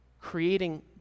creating